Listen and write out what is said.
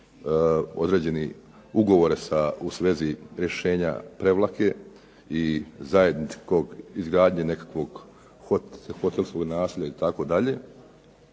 određene ugovore u svezi rješenja Prevlake i zajedničke izgradnje nekakvog hotelskog naselja itd.